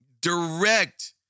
direct